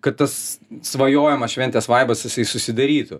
kad tas svajojamas šventės vaibas jisai susidarytų